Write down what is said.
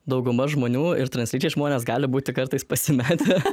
dauguma žmonių ir translyčiai žmonės gali būti kartais pasimetę